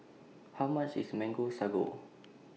How much IS Mango Sago